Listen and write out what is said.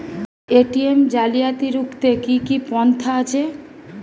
ATM জালিয়াতি রুখতে কি কি পন্থা আছে?